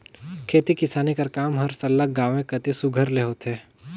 खेती किसानी कर काम हर सरलग गाँवें कती सुग्घर ले होथे